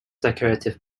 decorative